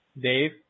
Dave